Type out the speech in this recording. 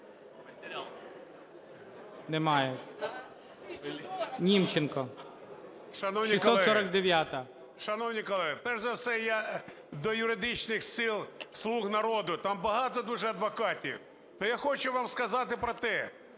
НІМЧЕНКО В.І. Шановні колеги, перш за все, я до юридичних сил "Слуги народу", там багато дуже адвокатів. То я хочу вам сказати про те,